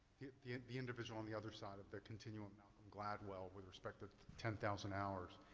the the individual on the other side of their continuum, gladwell, with respect to ten thousand hours.